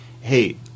hey